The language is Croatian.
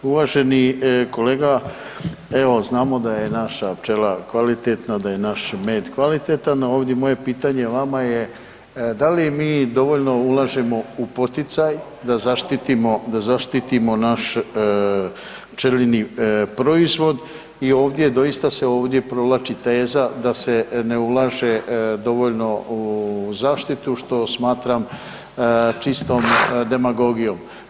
Uvaženi kolega, evo znamo da je naša pčela kvalitetna, da je naš med kvalitetan, a ovdje moje pitanje vama da li mi dovoljno ulažemo u poticaj da zaštitimo, da zaštitimo naš pčelinji proizvod i ovdje, doista se ovdje provlači teza da se ne ulaže dovoljno u zaštitu što smatram čistom demagogijom.